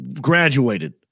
graduated